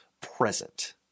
present